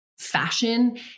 Fashion